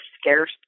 scarce